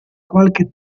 qualche